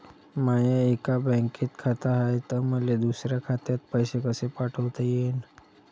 माय एका बँकेत खात हाय, त मले दुसऱ्या खात्यात पैसे कसे पाठवता येईन?